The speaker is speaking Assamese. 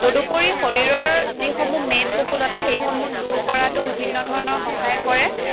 তদুপৰি শৰীৰৰ যিসমূহ মেদবহুলতা সেইসমূহ দূৰ কৰাতো বিভিন্ন ধৰণৰ সহায় কৰে